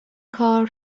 کار